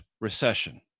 recession